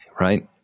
Right